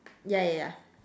yeah yeah yeah